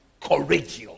courageous